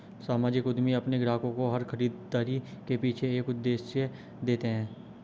सामाजिक उद्यमी अपने ग्राहकों को हर खरीदारी के पीछे एक उद्देश्य देते हैं